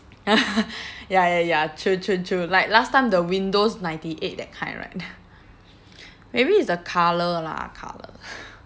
ya ya ya true true true like last time the windows ninety eight that kind right maybe it's the colour lah colour